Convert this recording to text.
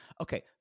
Okay